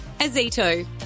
Azito